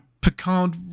Picard